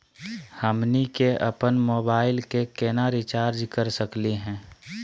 हमनी के अपन मोबाइल के केना रिचार्ज कर सकली हे?